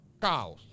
Cows